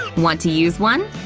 want to use one?